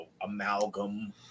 amalgam